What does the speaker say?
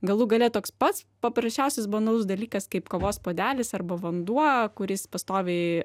galų gale toks pats paprasčiausias banalus dalykas kaip kavos puodelis arba vanduo kuris pastoviai